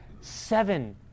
seven